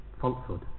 falsehood